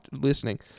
listening